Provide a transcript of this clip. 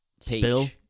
spill